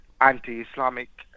anti-Islamic